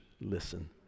listen